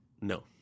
No